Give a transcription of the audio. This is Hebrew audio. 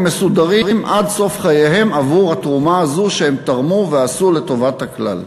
הם מסודרים עד סוף חייהם עבור התרומה הזו שהם תרמו ועשו לטובת הכלל.